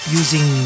using